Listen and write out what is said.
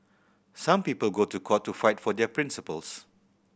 some people go to court to fight for their principles